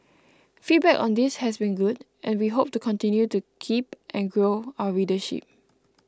feedback on this has been good and we hope to continue to keep and grow our readership